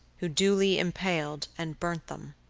who duly impaled and burnt them.